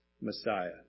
Messiah